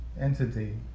entity